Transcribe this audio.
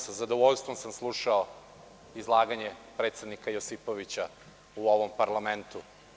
Sa zadovoljstvom sam slušao izlaganje predsednika Josipovića u ovom parlamentu.